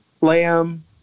Lamb